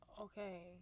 Okay